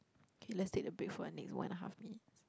okay let's take a break for the next one and a half minutes